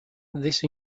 this